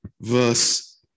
verse